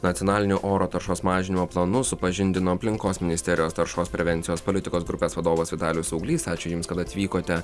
nacionalinio oro taršos mažinimo planu supažindino aplinkos ministerijos taršos prevencijos politikos grupės vadovas vitalijus auglys ačiū jums kad atvykote